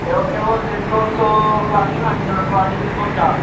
ते ओेह् केह् बोलदे दौ सौ कलाड़ी लानियां हियां ते कलाड़ी कन्नै कुल्चा